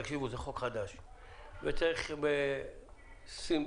וצריך בשום